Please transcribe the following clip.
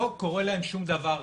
לא קורה להם שום דבר רע.